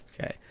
Okay